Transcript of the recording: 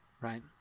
right